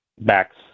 backs